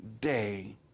day